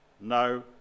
no